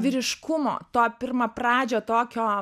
vyriškumo to pirmapradžio tokio